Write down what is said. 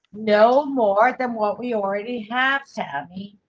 no, more than what we already have to have me.